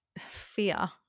fear